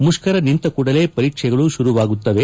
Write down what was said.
ಮುಷ್ಠರ ನಿಂತ ಕೂಡಲೇ ಪರೀಕ್ಷೆಗಳು ಶುರುವಾಗುತ್ತವೆ